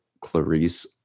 Clarice